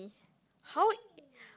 how it